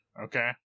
Okay